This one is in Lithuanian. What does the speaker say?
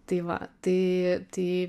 tai va tai tai